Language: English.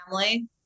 family